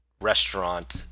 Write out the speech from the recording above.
restaurant